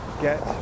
get